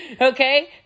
okay